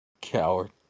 Coward